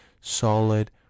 solid